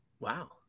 Wow